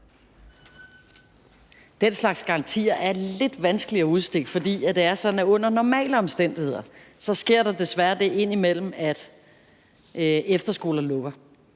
Den slags garantier er lidt vanskelige at udstikke, for det er sådan, at under normale omstændigheder sker der desværre indimellem det, at efterskoler lukker.